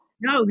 no